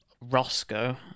Roscoe